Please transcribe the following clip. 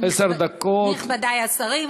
נכבדי השרים,